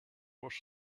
worse